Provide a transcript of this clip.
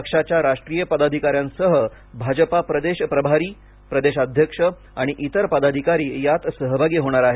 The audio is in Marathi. पक्षाच्या राष्ट्रीय पदाधिका यांसह भाजपा प्रदेश प्रभारी प्रदेशाध्यक्ष आणि इतर पदाधिकारी यात सहभागी होणार आहेत